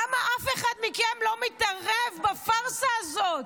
למה אף אחד מכם לא מתערב בפארסה הזאת?